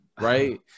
right